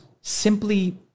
simply